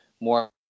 more